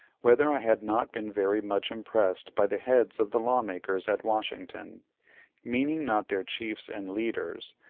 whether i had not been very much impressed by the heads of the lawmakers at washington meaning not their chiefs and leaders,